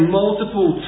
multiple